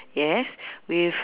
yes with